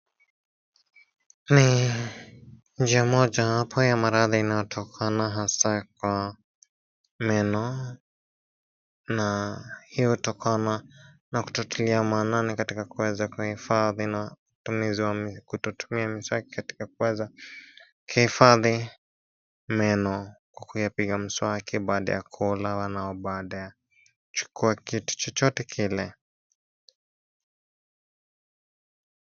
Hii, njia mojawapo ya maradhi inayotokana hasaa kwa, meno, na, hii hutokana, na kutotilia maanani katika kuweza kuhifadhi na, utumizi wa kutotumia miswaki katika kuweza, kuhifadhi, meno, kwa kuyapiga mswaki baada ya kula wala baada ya, chukua kitu chochote kile,